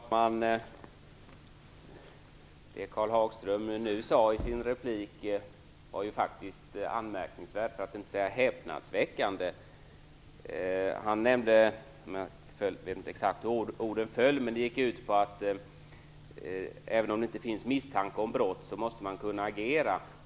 Fru talman! Det Karl Hagström nu sade i sin replik var anmärkningsvärt, för att inte säga häpnadsväckande. Jag minns inte exakt hur orden föll. Men det han sade gick ut på att även om det inte finns misstanke om brott måste man kunna agera.